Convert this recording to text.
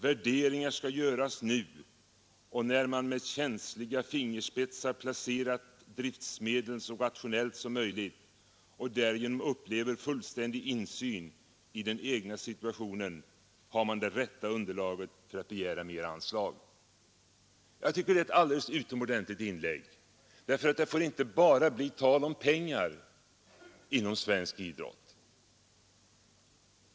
Värderingar skall göras nu och när man med känsliga fingerspetsar placerat driftsmedlen så rationellt som möjligt och därigenom upplever fullständig insyn i den egna situationen har man det rätta underlaget för att begära mer anslag.” Jag tycker att detta är ett alldeles utomordentligt inlägg. Det får inte bara bli tal om pengar inom svensk idrott.